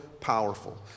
powerful